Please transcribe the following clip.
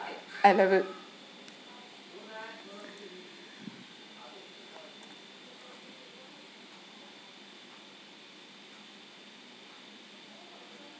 I love it